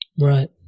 Right